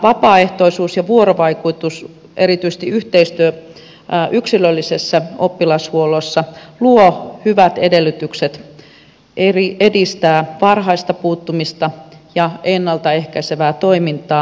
vapaaehtoisuus ja vuorovaikutus erityisesti yhteistyö yksilöllisessä oppilashuollossa luovat hyvät edellytykset edistää varhaista puuttumista ja ennalta ehkäisevää toimintaa